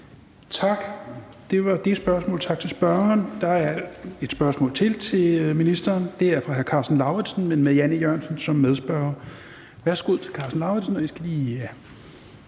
Tak. Det var det spørgsmål. Tak til spørgeren. Der er et spørgsmål til til ministeren, og det er fra hr. Karsten Lauritzen, men med Jan E. Jørgensen som medspørger. Kl. 16:43 Spm. nr.